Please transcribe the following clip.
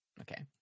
Okay